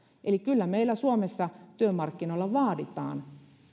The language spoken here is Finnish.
eli kyllä meillä suomessa työmarkkinoilla vaaditaan